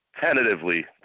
tentatively